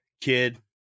Kid